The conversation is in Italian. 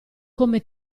come